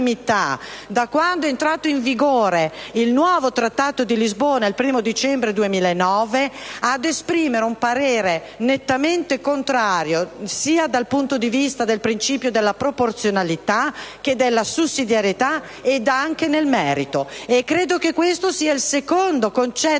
da quando è entrato in vigore il nuovo trattato di Lisbona (1° dicembre 2009), all'unanimità un parere nettamente contrario, sia dal punto di vista del principio della proporzionalità che della sussidiarietà, oltre che del merito. Questo è il secondo concetto